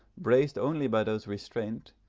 braced only by those restraints,